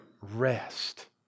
rest